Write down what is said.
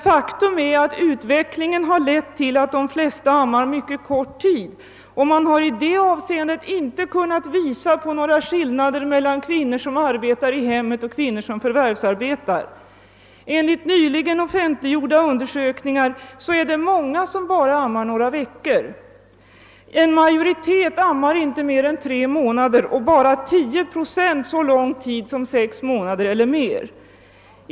Faktum är emellertid att utvecklingen lett till att de flesta ammar mycket kort tid, och man har i detta avseende inte kunnat påvisa några skillnader mellan kvinnor som arbetar i Enligt nyligen offentliggjorda undersökningar är det många som ammar bara några veckor. Majoriteten ammar endast tre månader, och bara 10 procent ammar sex månader eller längre.